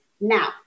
Now